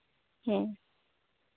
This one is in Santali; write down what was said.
ᱦᱮᱸ